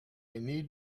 need